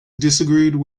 disagreed